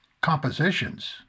compositions